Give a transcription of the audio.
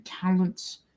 talents